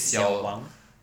小王